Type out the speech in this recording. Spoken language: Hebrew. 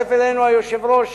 הצטרף אלינו היושב-ראש,